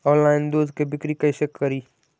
Online दुध के बिक्री कैसे करि?